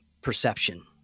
perception